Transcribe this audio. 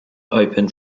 open